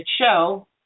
show